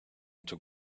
into